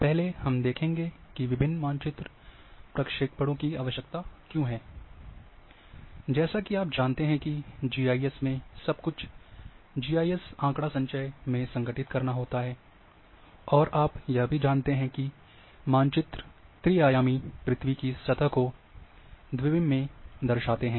पहले हम देखेंगे कि विभिन्न मानचित्र प्रक्षेपणों की आवश्यकता क्यों है जैसा कि आप जानते हैं कि जीआईएस में सब कुछ जीआईएस आँकड़ा संचय में संगठित करना होता है और आप यह भी जानते हैं कि मानचित्र त्री आयामी पृथ्वी की सतह को द्विविम में दर्शाते हैं